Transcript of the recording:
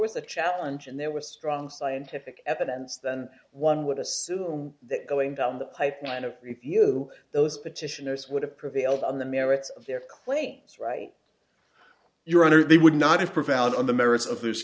was a challenge and there was strong scientific evidence then one would assume that going down the pipeline of you those petitioners would have prevailed on the merits of their claims right your honor they would not have prevailed on the merits of tho